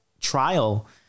trial